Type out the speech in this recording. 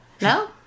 No